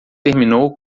terminou